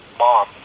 mom